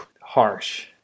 harsh